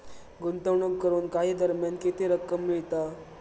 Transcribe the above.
गुंतवणूक करून काही दरम्यान किती रक्कम मिळता?